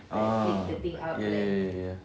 ah ya ya ya ya